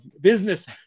business